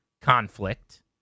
conflict